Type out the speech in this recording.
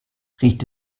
riecht